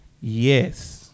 Yes